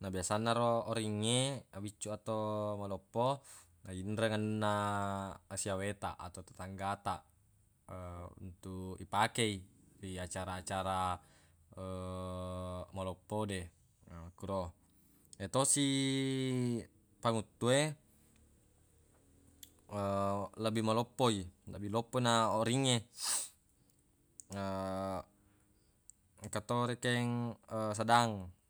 na biasanna ro oringnge mabiccuq atau maloppo yinreng anunna siawe taq atau terangga taq untuq ipakei ri acara-acara maloppo de makkuro yetosi panguttue lebbi maloppoi lebbi loppo na oringnge engka to rekeng sedang